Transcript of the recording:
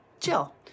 chill